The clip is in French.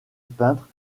peintre